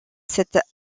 cette